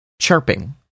Chirping